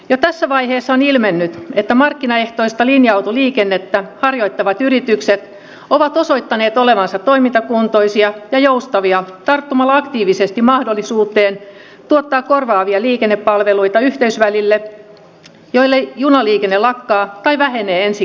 jo tässä vaiheessa on ilmennyt että markkinaehtoista linja autoliikennettä harjoittavat yritykset ovat osoittaneet olevansa toimintakuntoisia ja joustavia tarttumalla aktiivisesti mahdollisuuteen tuottaa korvaavia liikennepalveluita yhteysväleille joilla junaliikenne lakkaa tai vähenee ensi keväänä